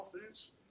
offense